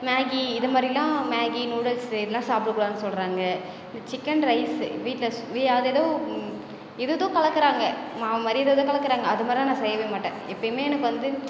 Maggi இதுமாதிரிலாம் Maggi noodles இதெலாம் சாப்பிட கூடாதுன்னு சொல்கிறாங்க இந்த சிக்கன் ரைஸு வீட்டில் சு வி அது எதோ ஏதேதோ கலக்கிறாங்க மாவு மாதிரி ஏதேதோ கலக்கிறாங்க அதுமாதிரிலாம் நான் செய்யவே மாட்டேன் எப்போயுமே எனக்கு வந்து